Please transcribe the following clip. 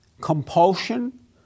compulsion